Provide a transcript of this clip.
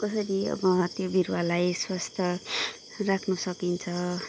कसरी अब त्यो बिरुवालाई स्वस्थ राख्नु सकिन्छ